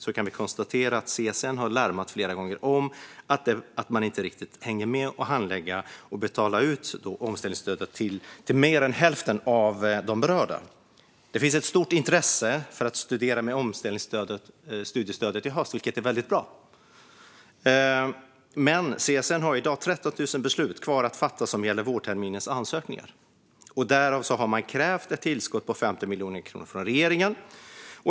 Vi kan konstatera att CSN flera gånger om har larmat om att man inte riktigt hinner med att handlägga och betala ut omställningsstödet till mer än hälften av de berörda. Det finns ett stort intresse för att studera med omställningsstudiestödet i höst, vilket är väldigt bra. Men CSN har i dag 13 000 beslut kvar att fatta som gäller vårterminens ansökningar. Därför har man krävt ett tillskott på 50 miljoner kronor från regeringen.